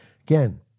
Again